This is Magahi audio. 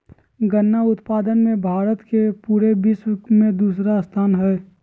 गन्ना उत्पादन मे भारत के पूरे विश्व मे दूसरा स्थान हय